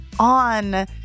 on